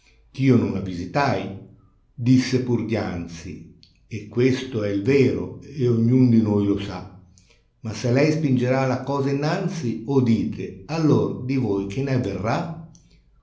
ch'io non la visitai disse pur dianzi e questo è il vero e ognun di noi lo sa ma se lei spingerà la cosa innanzi oh dite allor di voi che ne avverrà